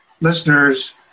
listeners